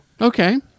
okay